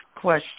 question